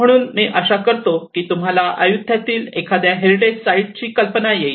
म्हणून मी आशा करतो की तुम्हाला अय्युथयातील एखाद्या हेरिटेज साईट ची कल्पना येईल